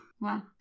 Wow